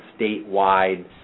statewide